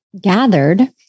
gathered